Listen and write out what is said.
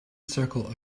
circle